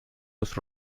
los